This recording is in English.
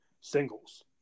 singles